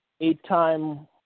eight-time